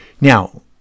Now